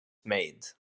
made